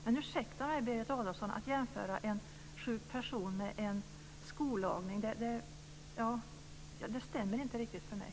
Men, ursäkta mig Berit Adolfsson, att jämföra en sjuk person med en skolagning stämmer inte riktigt för mig.